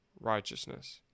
righteousness